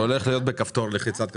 זה הולך להיות בלחיצת כפתור.